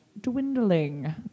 dwindling